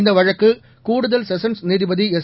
இந்த வழக்கு கூடுதல் செசன்ஸ் நீதிபதி எஸ்